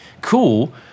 cool